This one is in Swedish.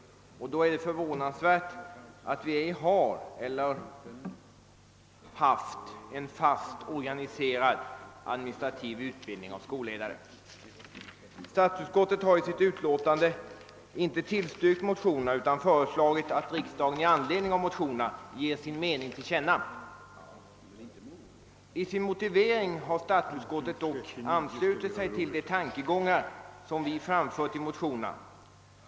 Det är då förvånansvärt att vi inte har eller haft en fast organiserad administrativ utbildning av skolledare. Statsutskottet har i sitt utlåtande inte tillstyrkt motionerna utan föreslagit att riksdagen i anledning av motionerna ger sin mening till känna. I sin motivering har statsutskottet dock anslutit sig till de tankegångar som vi framfört i motionerna.